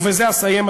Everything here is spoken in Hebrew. ובזה אסיים,